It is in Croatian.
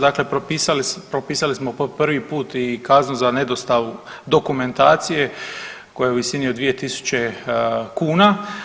Dakle, propisali smo po prvi put i kaznu za ne dostavu dokumentacije koja je u visini od 2.000 kuna.